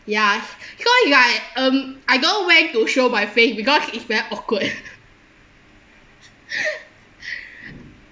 ya so like um I don't know where to show my face because it's very awkward